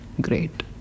great